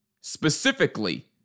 specifically